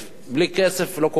בלי כסף לא קורה כלום.